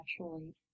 naturally